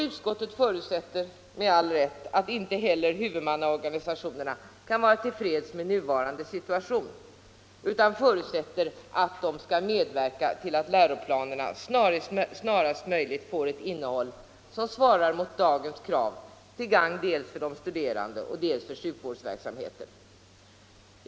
Utskottet säger med all rätt att inte heller huvudmannaorganisationerna kan vara till freds med nuvarande situation utan förutsätter att de skall medverka till att läroplanerna snarast möjligt får ett innehåll som svarar mot dagens krav till gagn dels för de studerande, dels för sjukvårdsverksamheten.